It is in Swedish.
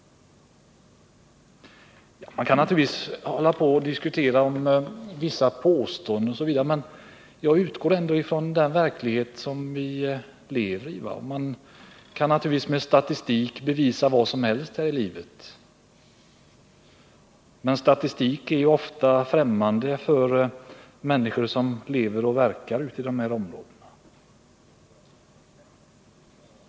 Man kan naturligtvis hålla på och diskutera om vissa påståenden osv. Men jag utgår ändå från den verklighet som vi lever i. Man kan med statistik bevisa vad som helst här i livet, men statistik är ofta främmande för människor som lever och verkar ute i dessa områden.